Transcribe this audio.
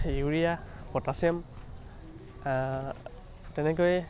urea potassium তেনেকৈ